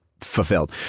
fulfilled